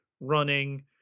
running